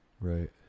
Right